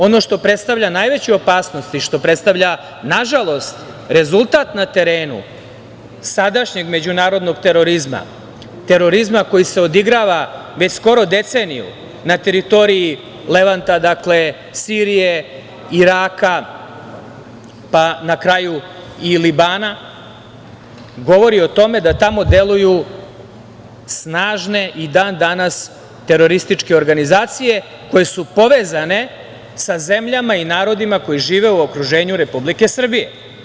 Ono što predstavlja najveću opasnost i što predstavlja, nažalost, rezultat na terenu sadašnjeg međunarodnog terorizma, terorizma koji se odigrava već skoro deceniju na teritoriji Levanta, dakle, Sirije, Iraka, pa na kraju i Libana, govori o tome da tamo deluju snažne i dan-danas terorističke organizacije koje su povezane sa zemljama i narodima koji žive u okruženju Republike Srbije.